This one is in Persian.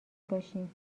باشین